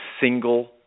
single